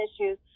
issues